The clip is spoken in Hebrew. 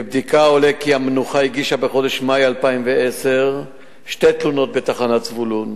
מבדיקה עולה כי המנוחה הגישה בחודש מאי 2010 שתי תלונות בתחנת זבולון